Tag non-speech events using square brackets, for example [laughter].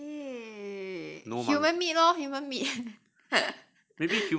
eh human meat lor human meat [laughs]